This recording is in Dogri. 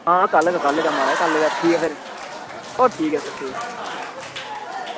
आं कल्ल गै कल्ल गै म्हाराज ठीक ऐ ओह् ठीक ऐ सर